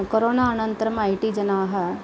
corona अनन्तरम् I T जनाः